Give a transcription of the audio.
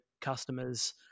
customers